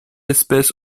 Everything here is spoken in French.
espèce